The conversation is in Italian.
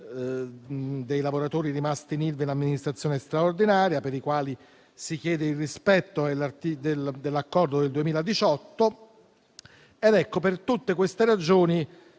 di quelli rimasti in Ilva in amministrazione straordinaria, per i quali si chiede il rispetto dell'accordo del 2018.